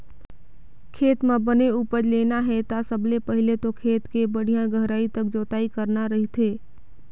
खेत म बने उपज लेना हे ता सबले पहिले तो खेत के बड़िहा गहराई तक जोतई करना रहिथे